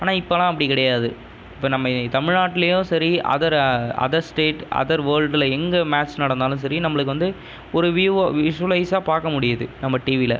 ஆனால் இப்போல்லாம் அப்படி கிடையாது இப்போ நம்ம தமிழ்நாட்டுலையும் சரி அதர் அதர் ஸ்டேட் அதர் வேர்ல்டில் எங்கே மேட்ச் நடந்தாலும் சரி நம்பளுக்கு வந்து ஒரு வியூவாக விஷுவலைஸாக பார்க்க முடியுது நம்ம டிவியில்